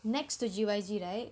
next to G_Y_G right